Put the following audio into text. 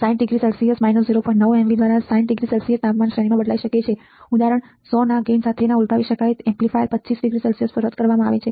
9 mv દ્વારા 60 °C તાપમાન શ્રેણીમાં બદલાઈ શકે છે ઉદાહરણ 100 ના ગેઇન સાથે ના ઉલટાવી શકાય એમ્પ્લીફાયર 25 C પર રદ કરવામાં આવે છે